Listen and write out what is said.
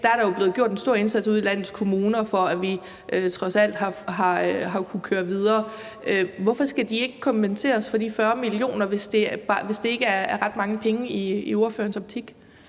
er der blevet gjort en stor indsats ude i landets kommuner for, at vi trods alt har kunnet køre videre. Hvorfor skal de ikke kompenseres for de 40 mio. kr., hvis det i ordførerens optik